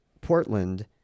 Portland